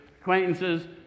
acquaintances